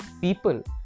people